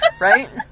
Right